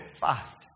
fast